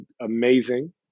amazing